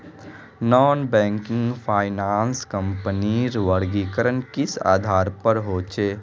Non banking finance कंपनीर वर्गीकरण किस आधार पर होचे?